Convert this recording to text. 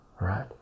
right